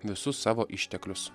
visus savo išteklius